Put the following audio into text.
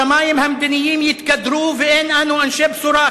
השמים המדיניים יתקדרו ואין אנו אנשי בשורה,